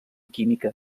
química